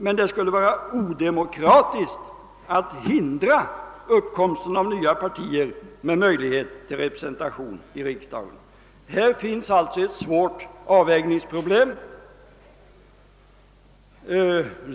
Men det skulle vara odemokratiskt att hindra uppkomsten av nya partier med möjlighet till representation i riksdagen. Härvidlag finns alltså ett svårt avvägningsproblem.